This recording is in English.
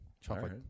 Chocolate